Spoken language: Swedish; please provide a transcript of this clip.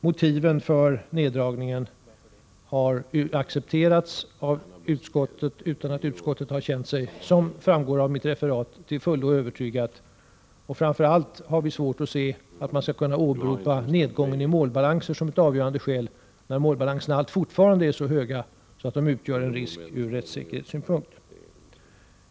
Motiven för en neddragning har accepterats av utskottet, utan att utskottet, vilket framgår av mitt referat, har känt sig till fullo övertygat. Framför allt har vi svårt att se att man skulle kunna åberopa en nedgång i målbalanserna som ett skäl, när målbalanserna fortfarande är så höga att de utgör en risk ur rättssäkerhetssynpunkt.